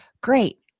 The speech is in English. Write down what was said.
Great